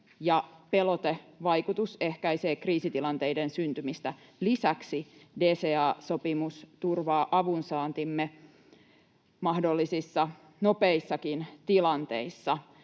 pelotevaikutus ehkäisee kriisitilanteiden syntymistä. Lisäksi DCA-sopimus turvaa avunsaantimme mahdollisissa nopeissakin tilanteissa.